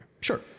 Sure